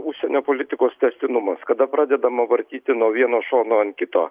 užsienio politikos tęstinumas kada pradedama vartyti nuo vieno šono ant kito